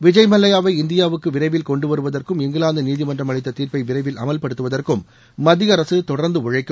விஜய் மல்லையாவை இந்தியாவுக்கு விரைவில் கொண்டு வருவதற்கும் இங்கிவாந்து நீதிமன்றம் அளித்த தீர்ப்பை விரைவில் அமல்படுத்துவதற்கும் மத்திய அரசு தொடர்ந்து உழைக்கும்